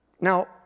Now